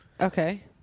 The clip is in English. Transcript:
Okay